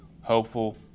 hopeful